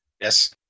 Yes